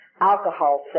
Alcohol